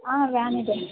ಆಂ van ಇದೆ